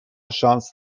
شانس